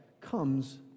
comes